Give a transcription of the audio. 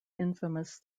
infamous